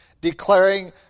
declaring